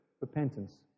repentance